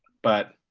but,